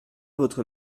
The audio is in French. votre